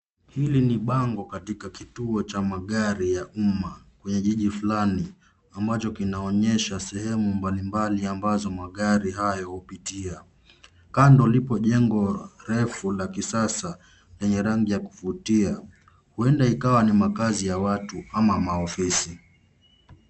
Hili ni bango katika kituo cha magari ya umma kwenye jiji fulani ambacho kinaonyesha sehemu mbalimbali ambazo magari hayo hupitia. Kando lipo jengo refu la kisasa lenye rangi ya kuvutia. Huenda ikawa ni makazi ya watu au maofisi.